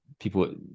People